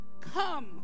Come